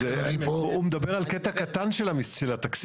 הוא מדבר על קטע קטן של התקציב.